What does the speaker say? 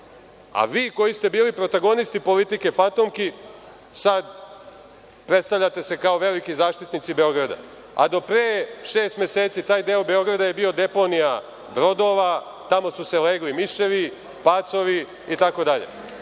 vi koji ste bili protagonisti politike „fantomki“ sada predstavljate se kao veliki zaštitnici Beograda, a do pre šest meseci taj deo Beograda je bio deponija brodova, tamo su se legli miševi, pacovi itd. Sada